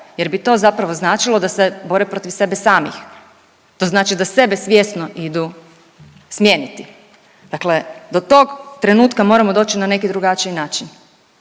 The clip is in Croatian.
jer bi to zapravo značilo da se bore protiv sebe samih, to znači da sebe svjesno idu smijeniti, dakle do tog trenutka moramo doći na neki drugačiji način,